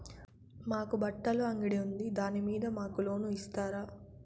మాకు బట్టలు అంగడి ఉంది దాని మీద మాకు లోను ఇస్తారా